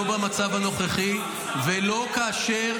לא במצב הנוכחי ולא כאשר,